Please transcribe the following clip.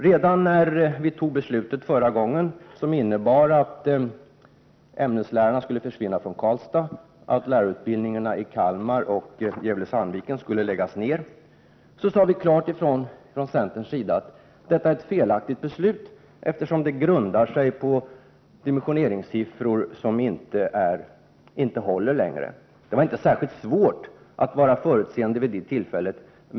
Redan när vi förra gången fattade beslut, vilket innebar att ämneslärare skulle försvinna från Karlstad och att lärarutbildningarna i Kalmar samt Gävle-Sandviken skulle läggas ned, sade vi från centerpartiets sida klart ifrån att beslutet var felaktigt, eftersom det grundade sig på siffror för dimensioneringen som inte längre håller. Det var inte särskilt svårt att vara förutseende vid detta tillfälle.